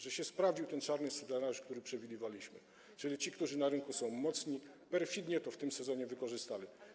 Że sprawdził się ten czarny scenariusz, który przewidywaliśmy, czyli ci, którzy na rynku są mocni, perfidnie to w tym sezonie wykorzystali.